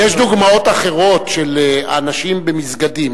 יש דוגמאות אחרות של אנשים במסגדים,